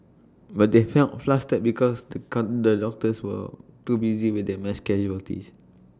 but they felt flustered because the come the doctors were too busy with the mass casualties